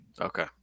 Okay